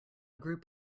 group